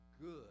good